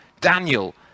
Daniel